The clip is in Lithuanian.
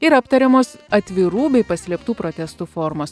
ir aptariamos atvirų bei paslėptų protestų formos